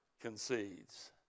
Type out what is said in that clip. concedes